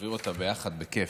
נעביר אותה ביחד בכיף.